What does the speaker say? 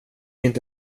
inte